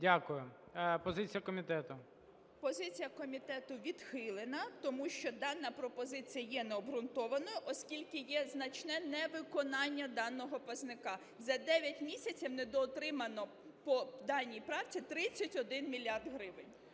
Л.В. Позиція комітету – відхилено. Тому що дана пропозиція є необґрунтованою, оскільки є значне невиконання даного показника. За 9 місяців недоотримано по даній правці 31 мільярд